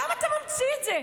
למה אתה ממציא את זה?